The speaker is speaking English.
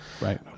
Right